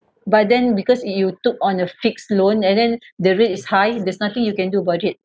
but then because you took on a fixed loan and then the rate is high and there's nothing you can do about it